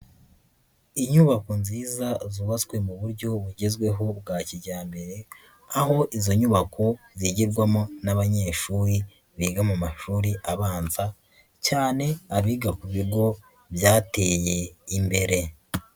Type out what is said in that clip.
Inyubako nziza zubatswe mu buryo bugezweho bwa kijyambere, aho izo nyubako zigirwamo n'abanyeshuri biga mu mashuri abanza, cyane abiga ku bigo byateye imbere.